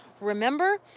Remember